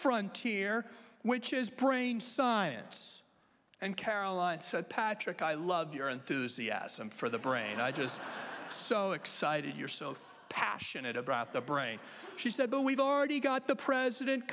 frontier which is praying scientists and caroline said patrick i love your enthusiasm for the brain i just so excited you're so passionate about the brain she said but we've already got the president